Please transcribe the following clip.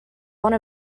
one